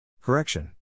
Correction